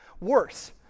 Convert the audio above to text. Worse